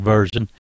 Version